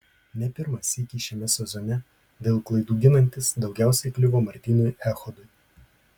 ne pirmą sykį šiame sezone dėl klaidų ginantis daugiausiai kliuvo martynui echodui